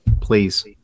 please